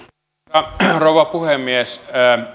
arvoisa rouva puhemies